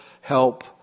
Help